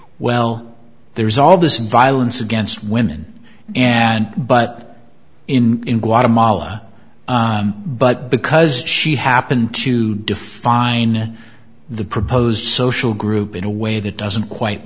well there's all this violence against women and but in guatemala but because she happened to define the proposed social group in a way that doesn't quite